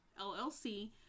LLC